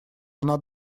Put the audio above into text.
она